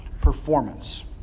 performance